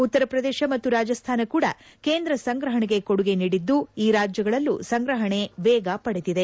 ಉತ್ತರ ಪ್ರದೇಶ ಮತ್ತು ರಾಜಸ್ಠಾನ ಕೂಡಾ ಕೇಂದ್ರ ಸಂಗ್ರಹಣೆಗೆ ಕೊಡುಗೆ ನೀಡಿದ್ದು ಈ ರಾಜ್ಯಗಳಲ್ಲೂ ಸಂಗ್ರಹಣೆ ವೇಗ ಪಡೆದಿದೆ